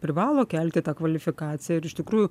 privalo kelti kvalifikaciją ir iš tikrųjų